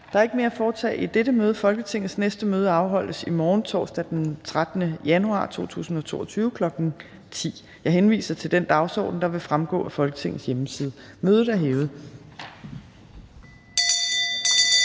Der er ikke mere at foretage i dette møde. Folketingets næste møde afholdes i morgen, torsdag den 13. januar 2022, kl. 10.00. Jeg henviser til den dagsorden, der vil fremgå af Folketingets hjemmeside. Mødet er hævet.